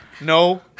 no